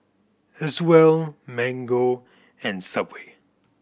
Acwell Mango and Subway